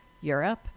Europe